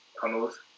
tunnels